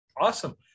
Awesome